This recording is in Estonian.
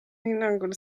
hinnangul